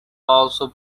also